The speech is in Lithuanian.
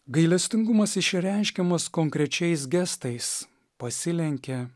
gailestingumas išreiškiamas konkrečiais gestais pasilenkė